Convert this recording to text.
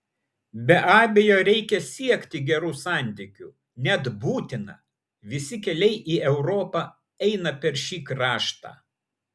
be abejo reikia siekti gerų santykių net būtina visi keliai į europą eina per šį kraštą